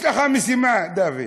יש לך משימה, דוד: